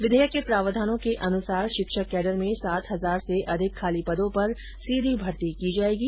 विधेयक के प्रावधानों के अनुसार शिक्षक केडर में सात हजार से अधिक खाली पदों पर सीधी भर्ती की जाएगी